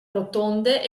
rotonde